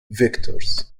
vectors